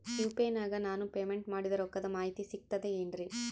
UPI ನಾಗ ನಾನು payment ಮಾಡಿದ ರೊಕ್ಕದ ಮಾಹಿತಿ ಸಿಕ್ತದೆ ಏನ್ರಿ?